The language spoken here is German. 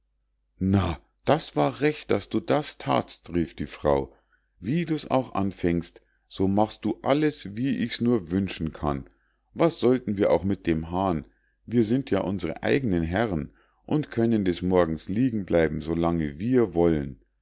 na das war recht daß du das thatst rief die frau wie du's auch anfängst so machst du alles wie ich's nur wünschen kann was sollten wir auch mit dem hahn wir sind ja unsre eignen herren und können des morgens liegen bleiben so lange wir wollen